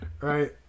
Right